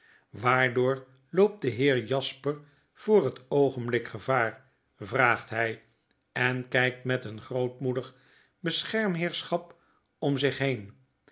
waardoor loopt de heer jasper voor het oogenblik gevaar vraagthy en kykt met een grootmoedig beschermneerschap om zich heen